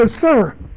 sir